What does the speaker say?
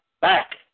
back